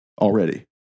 already